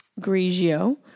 Grigio